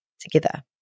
together